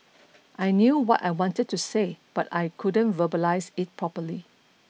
I knew what I wanted to say but I couldn't verbalise it properly